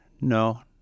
No